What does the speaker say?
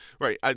Right